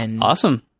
Awesome